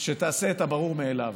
שתעשה את הברור מאליו.